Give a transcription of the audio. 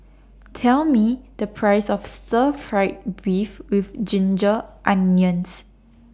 Tell Me The Price of Stir Fried Beef with Ginger Onions